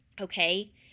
okay